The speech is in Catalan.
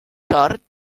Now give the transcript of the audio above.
sort